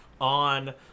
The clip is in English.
on